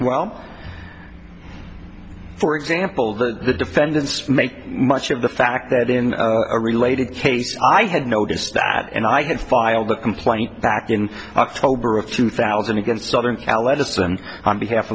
well for example that the defendants make much of the fact that in a related case i had noticed that and i have filed a complaint back in october of two thousand against southern cal edison on behalf